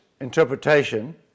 interpretation